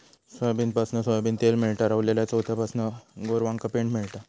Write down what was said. सोयाबीनपासना सोयाबीन तेल मेळता, रवलल्या चोथ्यापासना गोरवांका पेंड मेळता